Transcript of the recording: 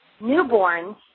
newborns